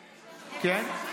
כן.